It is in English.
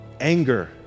Anger